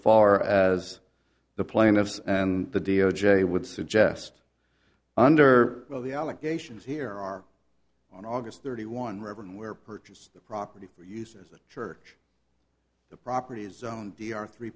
far as the plaintiffs and the d o j would suggest under the allegations here are on august thirty one river where purchased the property uses a church the property is zoned d r three